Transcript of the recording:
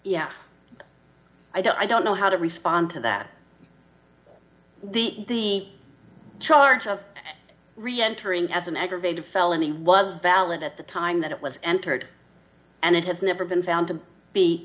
yeah i don't i don't know how to respond to that the charge of reentering as an aggravated felony was valid at the time that it was entered and it has never been found to be